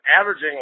averaging